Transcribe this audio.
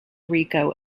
rico